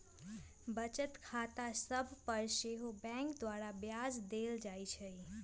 बचत खता सभ पर सेहो बैंक द्वारा ब्याज देल जाइ छइ